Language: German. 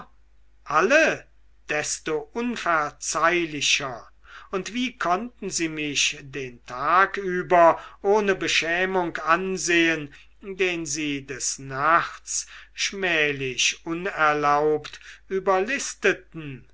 alle desto unverzeihlicher und wie konnten sie mich den tag über ohne beschämung ansehen den sie des nachts schmählich unerlaubt überlisteten